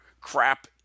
crap